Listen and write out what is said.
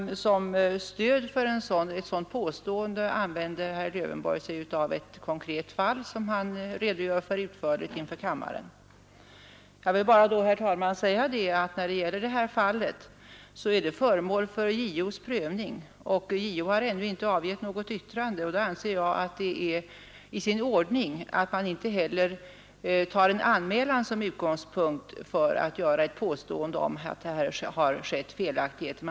Som stöd för ett sådant påstående använder herr Lövenborg sig av ett konkret fall, som han utförligt relaterar inför kammaren. Detta fall är föremål för JO:s prövning, och JO har ännu inte avgivit något yttrande. Då anser jag att det inte är i sin ordning att man tar en anmälan som utgångspunkt för att göra ett påstående om att det förekommit felaktigheter.